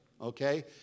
okay